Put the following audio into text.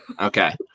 okay